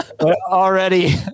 Already